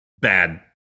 bad